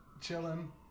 chilling